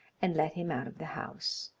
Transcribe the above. and let him out of the house.